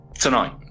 Tonight